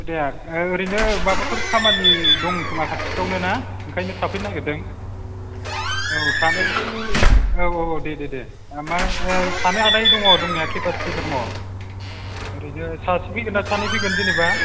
सुबिदाया ओरैनो माबाफोर खामानि दं खोमा खाथिफ्रावनो ना ओंखायनो थाफैनो नागिरदों औ थानायनि औ औ दे दे माबा थानो हानाय दङ दंनाया केपासिटि दङ ओरैनो सासे फैगोन ना सानै फैगोन जेनोबा